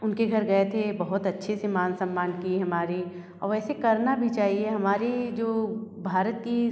उनके घर गए थे बहुत अच्छे से मान सम्मान की हमारी और वैसे करना भी चाहिए हमारे जो भारत की